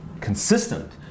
consistent